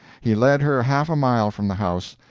he led her half a mile from the house,